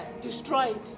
destroyed